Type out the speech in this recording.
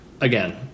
again